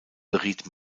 beriet